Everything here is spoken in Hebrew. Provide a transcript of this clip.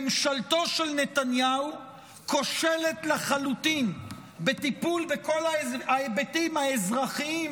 ממשלתו של נתניהו כושלת לחלוטין בטיפול בכל ההיבטים האזרחיים,